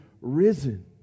risen